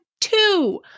two